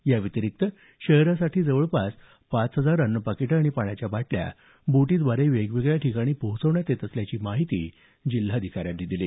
या व्यतिरिक्त शहरासाठी जवळपास पाच हजार अन्न पाकिटे आणि पाण्याच्या बाटल्या बोटीव्दारे वेगवेगळ्या ठिकाणी पोहोचवण्यात येत असल्याची माहिती जिल्हाधिकाऱ्यांनी दिली